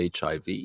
hiv